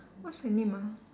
what's her name ah